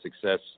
success